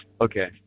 Okay